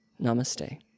Namaste